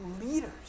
leaders